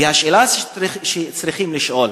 והשאלה שצריכים לשאול: